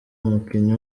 umukinnyi